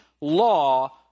law